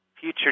future